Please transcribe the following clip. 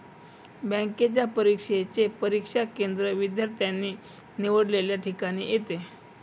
बँकेच्या परीक्षेचे परीक्षा केंद्र विद्यार्थ्याने निवडलेल्या ठिकाणी येते